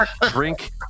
drink